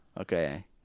Okay